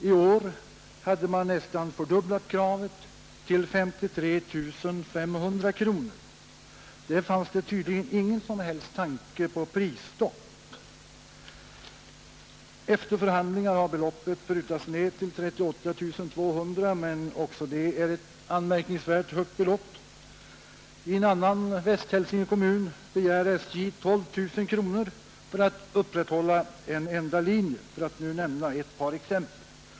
I år hade man nästan fördubblat kravet, till 53 500 kronor. Där fanns det tydligen ingen som helst tanke på prisstopp. Efter förhandlingar har beloppet prutats ned till 38 200 kronor, men också det är ett anmärkningsvärt högt belopp. Av en annan kommun i västra Hälsingland begär SJ 12 000 kronor för att upprätthålla en enda linje. För att nu nämna ett par exempel.